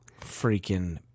freaking